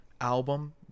album